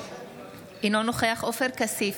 אינו נוכח עופר כסיף,